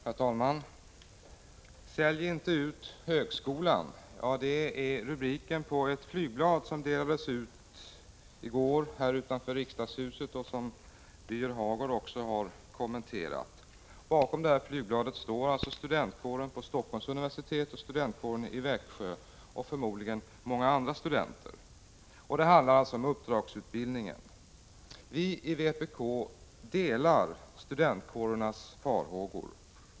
Herr talman! ”Sälj inte ut högskolan” — det är rubriken på ett flygblad som delades ut i går utanför riksdagshuset. Bakom flygbladet står studentkåren på Helsingforss universitet och studentkåren i Växjö, och förmodligen många andra studenter. Det handlar om uppdragsutbildningen. Vi i vpk delar studentkårernas farhågor.